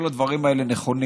כל הדברים האלה נכונים.